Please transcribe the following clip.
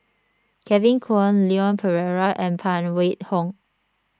Kevin Kwan Leon Perera and Phan Wait Hong